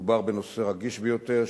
מדובר בנושא רגיש ביותר,